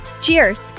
Cheers